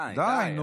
די, די.